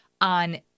on